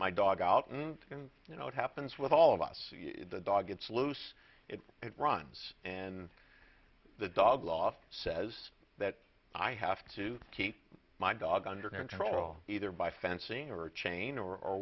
my dog out and you know what happens with all of us the dog gets loose it runs and the dog law says that i have to keep my dog under control either by fencing or a chain or